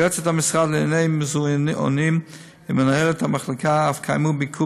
יועצת המשרד לענייני מוזיאונים ומנהלת המחלקה אף קיימו ביקור